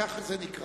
כך זה נקרא: